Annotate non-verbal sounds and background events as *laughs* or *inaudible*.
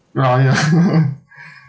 oh ya *laughs*